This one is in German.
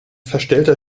verstellter